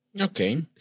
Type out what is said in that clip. Okay